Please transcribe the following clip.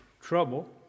trouble